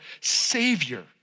Savior